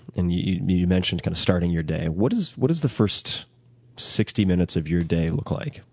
and you you know you mentioned kind of starting your day. what does what does the first sixty minutes of your day look like?